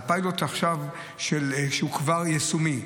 פיילוט שהוא עכשיו כבר יישומי.